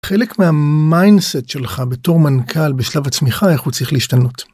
חלק מהמיינסט שלך בתור מנכ"ל בשלב הצמיחה, איך הוא צריך להשתנות.